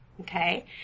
Okay